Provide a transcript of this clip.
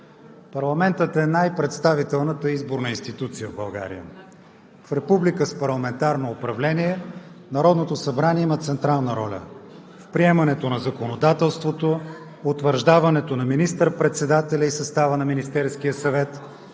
Парламентът е най-представителната изборна институция в България. В република с парламентарно управление Народното събрание има централна роля в приемането на законодателството, в утвърждаването на министър-председателя и състава на Министерския съвет,